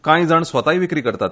कांय जाण स्वताय विक्री करतात